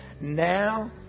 Now